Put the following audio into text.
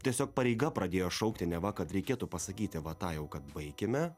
tiesiog pareiga pradėjo šaukti neva kad reikėtų pasakyti va tą jau kad baikime